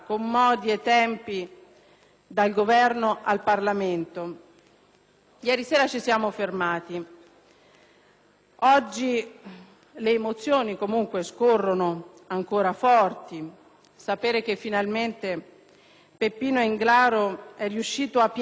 dal Governo al Parlamento. Ieri sera ci siamo fermati ma oggi, comunque, le emozioni scorrono ancora forti. Sapere che, finalmente, Beppino Englaro è riuscito a piangere